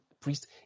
priest